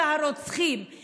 והיא הפושעים והרוצחים.